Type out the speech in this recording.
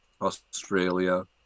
Australia